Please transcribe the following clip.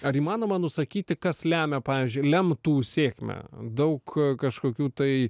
ar įmanoma nusakyti kas lemia pavyzdžiui lemtų sėkmę daug kažkokių tai